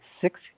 six